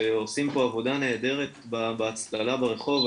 שעושים פה עבודה נהדרת בהצללה ברחוב.